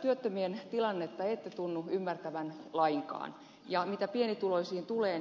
työttömien tilannetta ette tunnu ymmärtävän lainkaan ja mitä pienituloisiin tulee